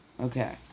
Okay